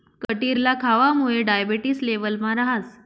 कटिरला खावामुये डायबेटिस लेवलमा रहास